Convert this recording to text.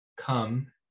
Come